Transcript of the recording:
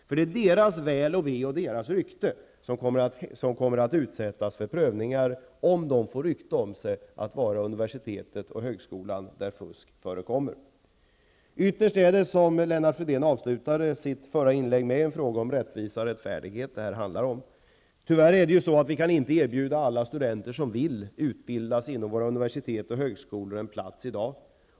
För det är deras väl och ve som kommer att utsättas för prövningar, om de får rykte om sig att vara universitetet eller högskolan där fusk förekommer. Ytterst handlar det, som Lennart Fridén avslutade sitt förra inlägg med, om rättvisa och rättfärdighet. Tyvärr kan vi i dag inte erbjuda en plats åt alla studenter som vill utbildas inom våra universitet och högskolor.